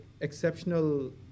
exceptional